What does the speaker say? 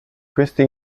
questi